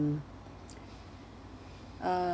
uh